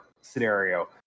scenario